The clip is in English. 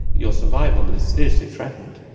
your survival is seriously threatened.